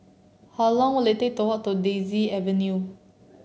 how long will it take to walk to Daisy Avenue